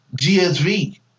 GSV